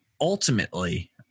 ultimately